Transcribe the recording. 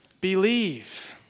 believe